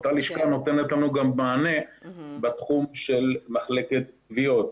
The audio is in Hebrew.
אותה לשכה נותנת לנו גם מענה בתחום של מחלקת תביעות.